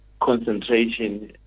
concentration